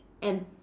and